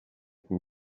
can